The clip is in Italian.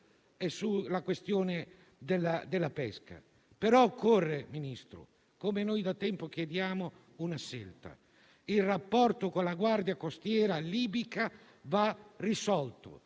e sulla questione della pesca; occorre però, signor Ministro, come da tempo chiediamo, una scelta. Il rapporto con la guardia costiera Libica va risolto